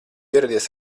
ieradies